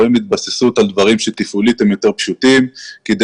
רואים התבססות על דברים שתפעולית הם יותר פשוטים כדי